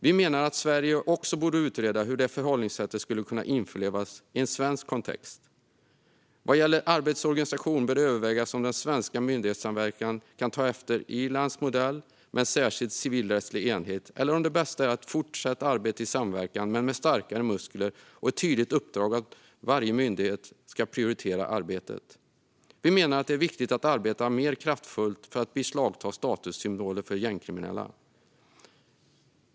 Vi menar att Sverige också borde utreda hur det förhållningssättet skulle kunna införlivas i en svensk kontext. Vad gäller arbetets organisation bör det övervägas om den svenska myndighetssamverkan kan ta efter Irlands modell med en särskild civilrättslig enhet eller om det bästa är fortsatt arbete i samverkan men med starkare muskler och ett tydligt uppdrag att varje myndighet ska prioritera arbetet. Vi menar att det är viktigt att arbeta mer kraftfullt för att beslagta statussymboler för gängkriminella.